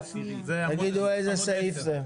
תגידו איזה סעיף זה.